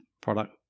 product